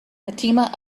fatima